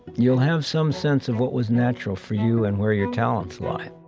you'll have some sense of what was natural for you and where your talents lie